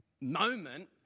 moment